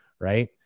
Right